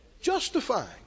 Justifying